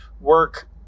work